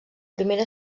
primera